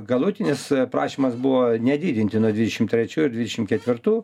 galutinis prašymas buvo nedidinti nuo dvidešim trečių ir dvidešim ketvirtų